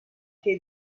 che